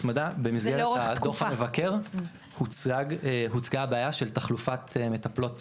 התמדה במסגרת דוח המבקר הוצגה בעיה של תחלופת מטפלות,